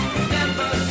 remember